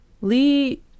lee